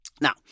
Now